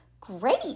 Great